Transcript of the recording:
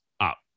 up